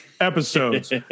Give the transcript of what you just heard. episodes